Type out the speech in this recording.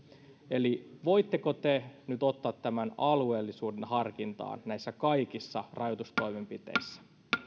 eli voitteko te nyt ottaa tämän alueellisuuden harkintaan näissä kaikissa rajoitustoimenpiteissä